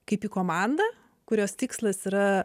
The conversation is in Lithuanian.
kaip į komandą kurios tikslas yra